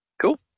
cool